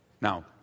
Now